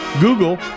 Google